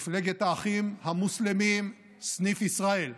מפלגת האחים המוסלמים סניף ישראל,